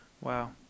Wow